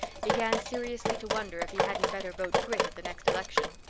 began seriously to wonder if he hadn't better vote grit at the next election.